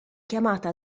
chiamata